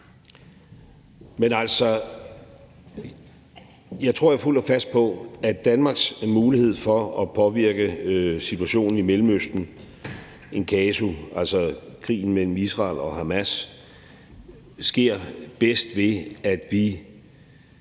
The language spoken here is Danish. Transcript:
Rasmussen): Jeg tror fuldt og fast på, at Danmarks mulighed for at påvirke situationen i Mellemøsten in casu, altså krigen mellem Israel og Hamas, er bedst, ved at vi